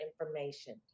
information